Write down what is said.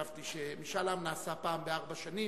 משאל עם נעשה אחת לארבע שנים,